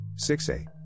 6a